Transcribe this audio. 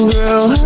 Girl